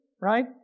Right